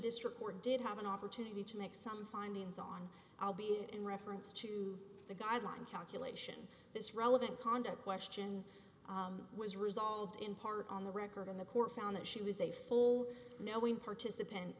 court did have an opportunity to make some findings on i'll be it in reference to the guideline calculation this relevant conduct question was resolved in part on the record in the court found that she was a full knowing participant